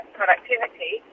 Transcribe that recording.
productivity